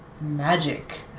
magic